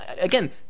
again